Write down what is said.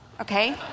okay